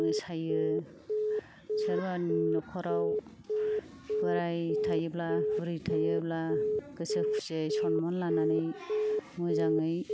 मोसायो सोरबानि नख'राव बोराय थायोब्ला बुरि थायोब्ला गोसो खुसियै सनमान लानानै मोजाङै